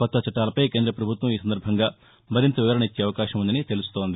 కొత్త చట్టాలపై కేంద పభుత్వం ఈ సందర్బంగా మరింత వివరణ ఇచ్చే అవకాశం ఉందని తెలుస్తోంది